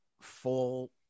full